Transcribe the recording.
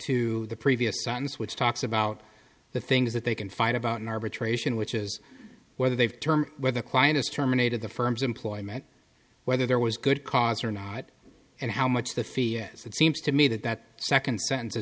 to the previous sentence which talks about the things that they can fight about an arbitration which is whether they've term where the quietest terminated the firms employ met whether there was good cause or not and how much the fear is it seems to me that that second sen